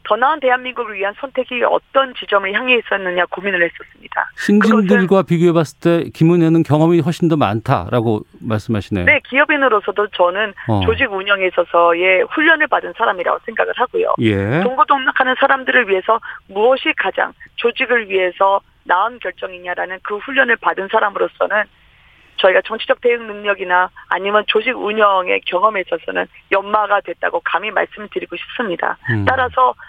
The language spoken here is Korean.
더 나은 대한민국을 위한 선택이 어떤 지점을 향해 있었느냐 고민을 했었습니다. 신진들과 그것은- 비교해 봤을 때 김은혜는 경험이 훨씬 더 많다라고 말씀하시네요. 네, 기업인으로서도 저는 어. 조직 운영에 있어서의 훈련을 받은 사람이라고 생각을 하고요. 예. 동고동락하는 사람들을 위해서 무엇이 가장 조직을 위해서 나은 결정이냐라는 그 훈련을 받은 사람으로서는 저희가 정치적 대응 능력이나 아니면 조직 운영의 경험에 있어서는 연마가 됐다고 감히 말씀드리고 싶습니다. 음. 따라서